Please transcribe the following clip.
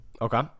okay